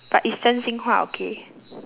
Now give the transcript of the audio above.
but it's 真心话 okay